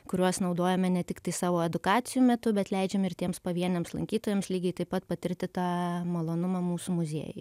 kuriuos naudojame ne tiktai savo edukacijų metu bet leidžiam ir tiems pavieniams lankytojams lygiai taip pat patirti tą malonumą mūsų muziejuj